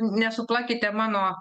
nesuplakite mano